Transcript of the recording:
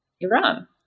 Iran